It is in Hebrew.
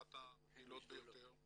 אחת הפעילות ביותר.